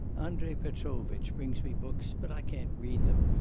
andrei petrovitch brings me books, but i can't read them.